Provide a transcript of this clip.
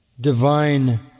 divine